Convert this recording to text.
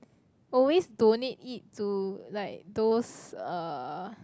always donate it to like those uh